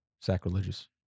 Sacrilegious